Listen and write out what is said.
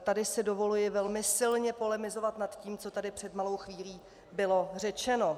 Tady si dovoluji velmi silně polemizovat nad tím, co tady před malou chvílí bylo řečeno.